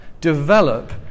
develop